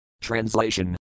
translation